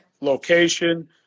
location